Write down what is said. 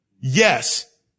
Yes